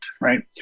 right